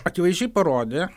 akivaizdžiai parodė